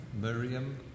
Miriam